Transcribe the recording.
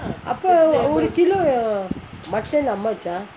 அப்போ ஒரு:appo oru kilogram mutton how much ah